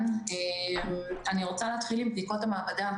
התקנות, וגם אנחנו אומרים שמותר לבקר אבל במידה.